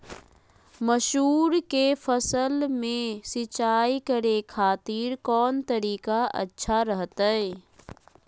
मसूर के फसल में सिंचाई करे खातिर कौन तरीका अच्छा रहतय?